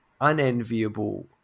unenviable